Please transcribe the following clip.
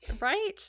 Right